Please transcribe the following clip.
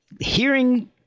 hearing